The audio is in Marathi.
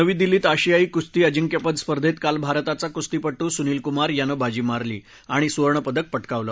नवी दिल्लीत आशियाई कुस्ती अजिंक्यपद स्पर्धेत काल भारताचा सुनील कुमार यानं बाजी मारली आणि सुवर्णपदक पटकावलं